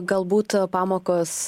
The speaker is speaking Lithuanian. galbūt pamokos